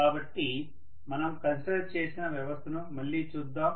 కాబట్టి మనం కన్సిడర్ చేసిన వ్యవస్థను మళ్ళీ చూద్దాం